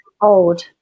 old